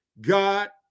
god